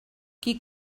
qui